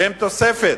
שהם תוספת,